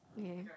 okay